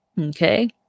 Okay